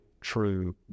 true